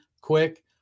quick